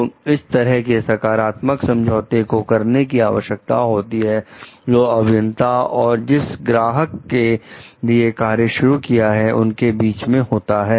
तो इस तरह के सकारात्मक समझौतों को करने की आवश्यकता होती है जो अभियंता और जिस ग्राहक के लिए कार्य शुरू किया है उसके बीच में होता है